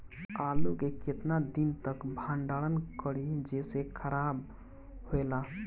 आलू के केतना दिन तक भंडारण करी जेसे खराब होएला?